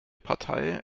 partei